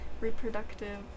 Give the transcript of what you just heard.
reproductive